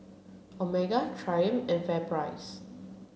Omega Triumph and FairPrice